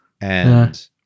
and-